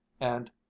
and—